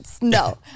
No